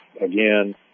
again